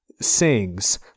sings